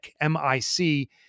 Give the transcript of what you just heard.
M-I-C